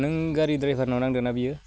नों गारि द्राइभारनाव नांदोंना बियो